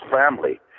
family